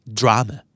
drama